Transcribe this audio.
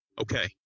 Okay